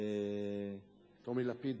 טומי לפיד.